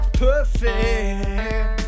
perfect